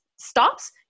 stops